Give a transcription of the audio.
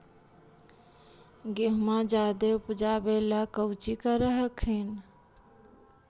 गेहुमा जायदे उपजाबे ला कौची कर हखिन?